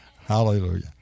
Hallelujah